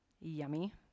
Yummy